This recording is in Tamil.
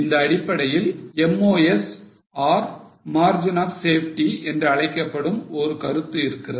இந்த அடிப்படையில் MOS or Margin Of Safety என்று அழைக்கப்படும் ஒரு கருத்து இருக்கிறது